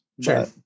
Sure